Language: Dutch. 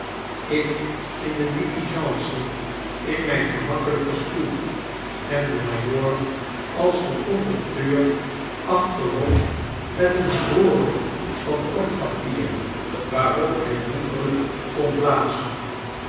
ik in de diligence in mijn geraakkelpen stoel en de majoor als de conducteur achterop met een horen van bordpapier waarop hij wonderlijk kon blazen